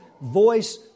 voice